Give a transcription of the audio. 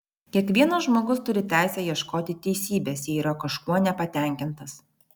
kiekvienas žmogus turi teisę ieškoti teisybės jei yra kažkuo nepatenkintas